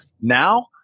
Now